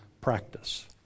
practice